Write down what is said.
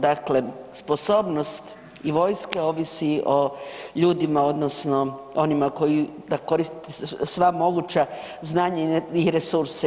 Dakle sposobnost i vojske ovisi o ljudima odnosno onima koji koriste sva moguća znanja i resurse.